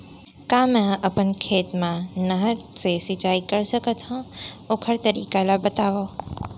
का मै ह अपन खेत मा नहर से सिंचाई कर सकथो, ओखर तरीका ला बतावव?